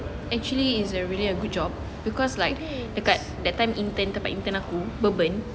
actually is a really a good job because like dekat that time intern tempat intern aku bourbon